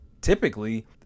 typically